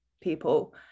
people